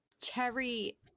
cherry